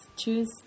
choose